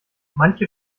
manche